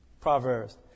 Proverbs